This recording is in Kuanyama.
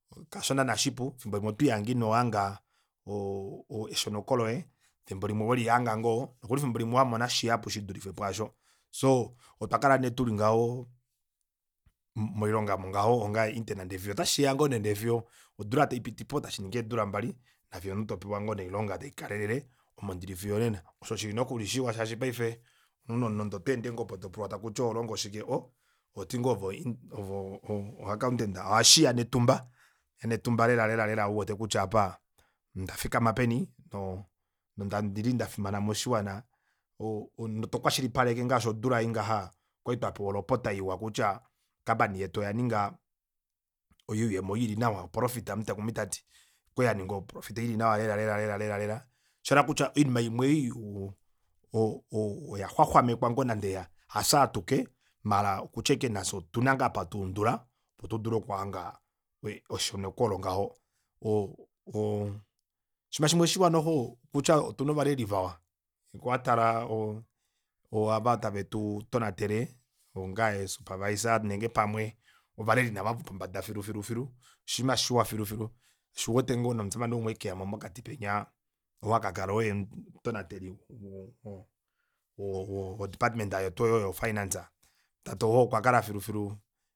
Hasho naana shipu efimbo limwe otwiihange ino hanga eshoneko loye efimbo limwe welihanga ngoo nokuli fimbo limwe wamona shihapu shidulife pwaasho soo otwakala nee tuli ngaho moilonga aamo ngaho onga intern ndee fiyo otashiya ngoo nee ndee fiyo odula taipitipo tashiningi eedula mbali nafiyo omunhu topewa ngoo nee oilonga taikalele omo ndili fiyo onena osho shili ngoo neeshiwa shaashi paife omunhu nande oto ende topulwa takutiwa oholongo shike ohh ohoti ngoo ove o- o- o accountant ohashiya netumba netumba lelalela lela uwete kutya aapa ondafikama peni nondili ndafimana moshiwana o- o otokwashilipaleke ngaashi odula ei ngaha okwali twapewa olopota iwa kutya o campany yetu oyaninga oyuuyemo ili nawa oprofit omutakumi tati. okwali yaninga o profit ili nawa lelalela lela osha yela kutya oinima imwe ei oya xwaxwamekwa ngoo nande hafye atuke maala okutya aishike nafye otuna ngoo apa hatuu ndula opo tudule okuhanga eshoneko olo ngaho oshiima shimwe shiwa noxo okutya otuna ovaleli vawa ngee owatale ovo tave tutonatele onga ee supervisors nenge pamwe ovaleli ngoo nee ava vopombada filu filu filu filu oshima shiwa filu filu shoo osho uwete ngoo nee nomushamane umwe ekeyamo mokati penya oo akakala oye omutonateli wo- wo- wo department yetu oyo yo finance tate oo okwakala filu filu